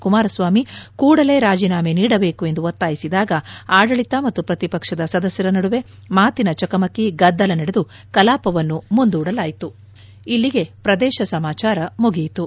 ಕುಮಾರಸ್ವಾಮಿ ಕೂಡಲೇ ರಾಜೀನಾಮೆ ನೀಡಬೇಕು ಎಂದು ಒತ್ತಾಯಿಸಿದಾಗ ಆದಳಿತ ಮತ್ತು ಪ್ರತಿಪಕ್ಷದ ಸದಸ್ಯರ ನಡುವೆ ಮಾತಿನ ಚಕಮಕಿ ಗದ್ದಲ ನಡೆದು ಕೆಲಾಪವನ್ನು ಮುಂದೂಡಲಾಯಿತು